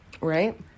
right